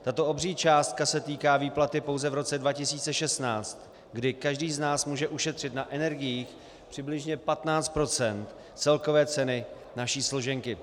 Tato obří částka se týká výplaty pouze v roce 2016, kdy každý z nás může ušetřit na energiích přibližně 15 % celkové ceny naší složenky.